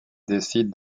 décident